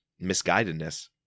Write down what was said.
misguidedness